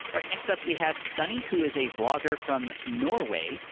all right, next up, we have sunny who is a vlogger from norway.